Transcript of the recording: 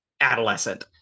adolescent